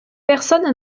personne